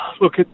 look